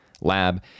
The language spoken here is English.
lab